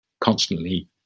constantly